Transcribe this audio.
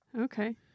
Okay